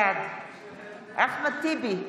בעד אחמד טיבי,